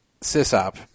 SysOp